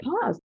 pause